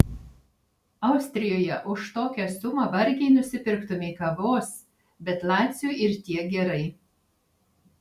austrijoje už tokią sumą vargiai nusipirktumei kavos bet laciui ir tiek gerai